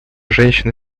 женщина